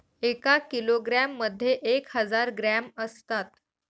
एका किलोग्रॅम मध्ये एक हजार ग्रॅम असतात